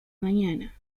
mañana